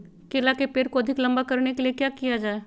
केला के पेड़ को अधिक लंबा करने के लिए किया किया जाए?